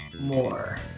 more